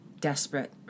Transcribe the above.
desperate